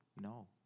No